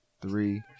three